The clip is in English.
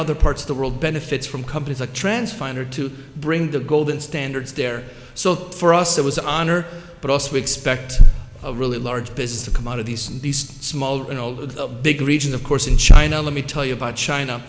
other parts of the world benefits from companies a trans fine or to bring the golden standards there so for us it was an honor but also we expect a really large business to come out of these and these small and all the big regions of course in china let me tell you about china